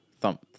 thump